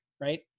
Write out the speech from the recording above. right